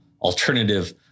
alternative